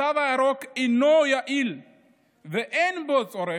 התו הירוק אינו יעיל ואין בו צורך,